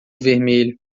vermelho